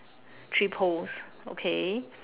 three poles okay